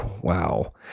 Wow